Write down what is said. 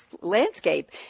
landscape